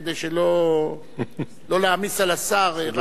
כדי שלא להעמיס על השר.